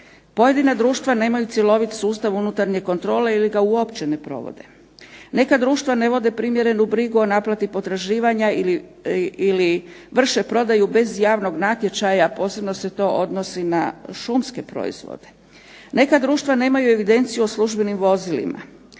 Pojedina društva nemaju cjelovit sustav unutarnje kontrole ili ga uopće ne provode. Neka društva ne vode primjerenu brigu o naplati potraživanja ili vrše prodaju bez javnog natječaja, a posebno se to odnosi na šumske proizvode. Neka društva nemaju evidenciju o službenim vozilima.